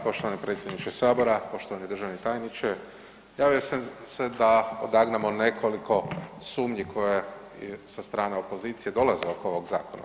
Poštovani predsjedniče sabora, poštovani državni tajniče, javio sam se da odagnamo nekoliko sumnji koje sa strane opozicije dolaze oko ovog zakona.